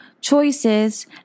choices